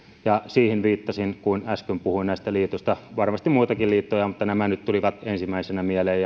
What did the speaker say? siihen viittasin kun äsken puhuin näistä liitoista varmasti muitakin liittoja on mutta nämä nyt tulivat ensimmäisenä mieleen